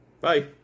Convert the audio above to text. Bye